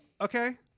okay